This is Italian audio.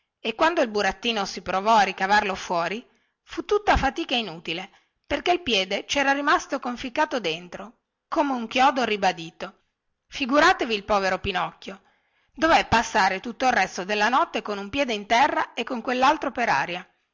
e quando il burattino si provò a ricavarlo fuori fu tutta fatica inutile perché il piede cera rimasto conficcato dentro come un chiodo ribadito figuratevi il povero pinocchio dové passare tutto il resto della notte con un piede in terra e con quellaltro per aria